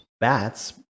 bats